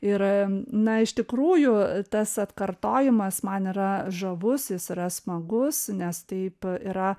ir na iš tikrųjų tas atkartojimas man yra žavus jis yra smagus nes taip yra